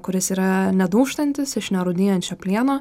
kuris yra nedūžtantis iš nerūdijančio plieno